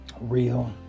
real